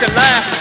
laugh